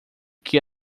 que